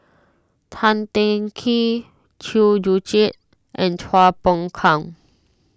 Tan Teng Kee Chew Joo Chiat and Chua Phung Kang